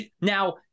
Now